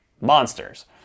monsters